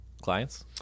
clients